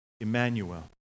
Emmanuel